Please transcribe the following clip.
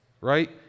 right